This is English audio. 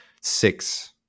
six